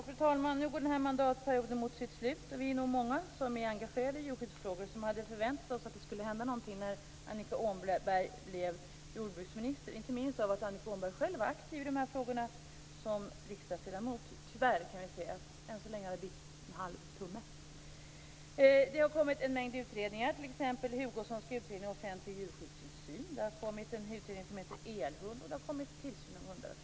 Fru talman! Nu går den här mandatperioden mot sitt slut. Vi är nog många som är engagerade i djurskyddsfrågor som hade förväntat oss att det skulle hända någonting när Annika Åhnberg blev jordbruksminister, inte minst därför att Annika Åhnberg själv var aktiv i de här frågorna som riksdagsledamot. Tyvärr, kan vi se att det än så länge har blivit en halv tumme. Det har kommit en mängd utredningar, t.ex. den Det har kommit en utredning som heter Elhund, och en som heter Tillsyn av hundar och katter.